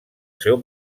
seu